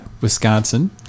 Wisconsin